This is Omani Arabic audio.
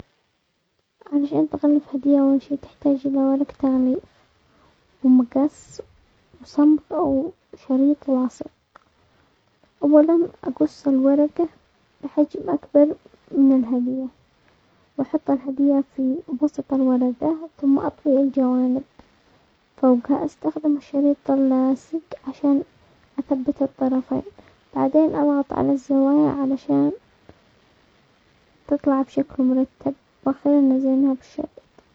عشان تغلف هدية اول شيء تحتاج الي ورق تغليف ومقص وصمغ او شريط لاصق، اولا اقص الورقة بحجم اكبر من الهدية واحط الهدية في وسط الورقة، ثم اطوي الجوانب فوقها، استخدم الشريط اللاصق عشان اثبت الطرفين بعدين اضغط على الزوايا علشان تطلع بشكل مرتب، واخيرا نزينها بشكل.